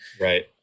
Right